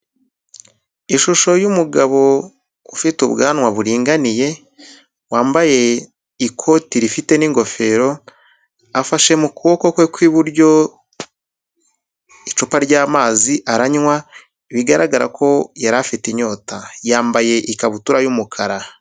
Ishusho y'umugabo ufite ubwanwa buringaniye, wambaye ikoti rifite n'ingofero, afashe mu kuboko kwe kw'iburyo icupa ry'amazi, aranywa, bigaragara ko yari afite inyota. Yambaye ikabutura y'umukara.